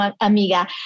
amiga